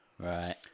Right